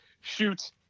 shoot